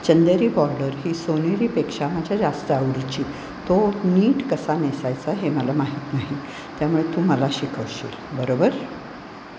चंदेरी border ही सोनेरीपेक्षा माझ्या जास्त आवडीची तो नीट कसा नेसायचा हे मला माहीत नाही त्यामुळे तू मला शिकवशील बरोबर